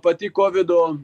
pati kovido